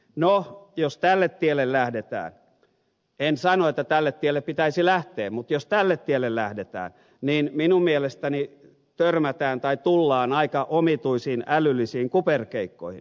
no jos tälle tielle lähdetään en sano että tälle tielle pitäisi lähteä mutta jos tälle tielle lähdetään niin minun mielestäni törmätään tai tullaan aika omituisiin älyllisiin kuperkeikkoihin